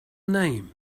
name